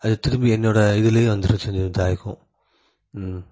அது திரும்பி என்னோடய இதுலேயே வந்துடுச்சு இதாகிருக்கும் ம்